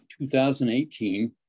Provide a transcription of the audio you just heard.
2018